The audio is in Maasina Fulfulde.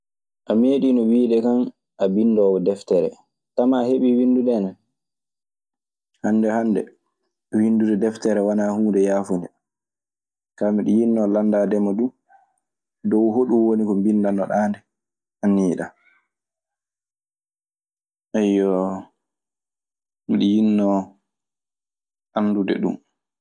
"A meeɗiino wiide kan, a binnodoowo deftere. Tamaa a heɓii winndude nde na?" Ayyo, miɗo yinnoo anndude ɗum.